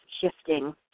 shifting